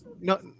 no